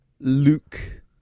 Luke